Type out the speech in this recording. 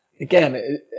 again